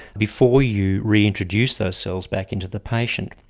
before you reintroduce those cells back into the patient.